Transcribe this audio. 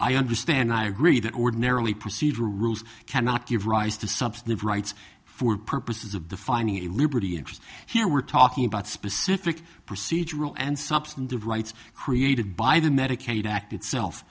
i understand i agree that ordinarily procedural rules cannot give rise to substantive rights for purposes of the finding a liberty interest here we're talking about specific procedural and substantive rights created by the medicaid act itself